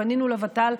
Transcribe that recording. פנינו לוות"ל,